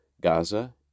Gaza